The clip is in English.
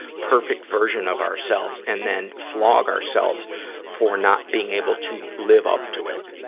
perfect version of ourselves, and then flog ourselves for not being able to live up to it.